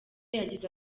yagize